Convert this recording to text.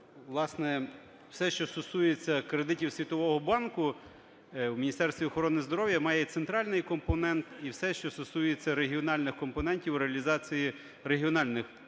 власне, все, що стосується кредитів Світового банку, в Міністерстві охорони здоров'я має центральний компонент, і все, що стосується регіональних компонентів, реалізації регіональних проектів.